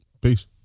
Peace